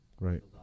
Right